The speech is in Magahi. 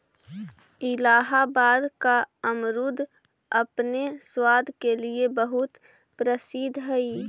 इलाहाबाद का अमरुद अपने स्वाद के लिए बहुत प्रसिद्ध हई